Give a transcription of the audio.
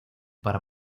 para